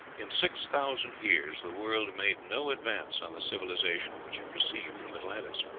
in six thousand years the world made no advance on the civilization which it received from atlantis.